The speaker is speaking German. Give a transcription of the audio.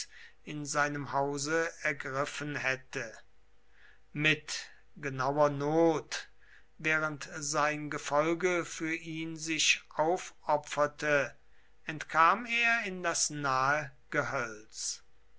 in seinem hause ergriffen hätte mit genauer not während sein gefolge für ihn sich aufopferte entkam er in das nahe gehölz